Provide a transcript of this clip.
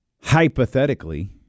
Hypothetically